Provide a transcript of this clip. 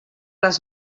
les